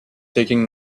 taking